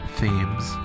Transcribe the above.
themes